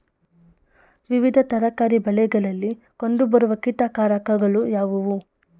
ವಿವಿಧ ತರಕಾರಿ ಬೆಳೆಗಳಲ್ಲಿ ಕಂಡು ಬರುವ ಕೀಟಕಾರಕಗಳು ಯಾವುವು?